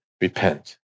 repent